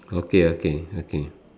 okay okay okay